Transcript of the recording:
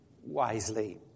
wisely